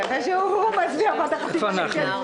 הסעיף של משרד הפנים.